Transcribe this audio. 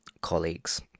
colleagues